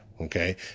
Okay